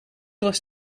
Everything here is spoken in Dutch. was